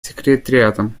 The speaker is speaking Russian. секретариатом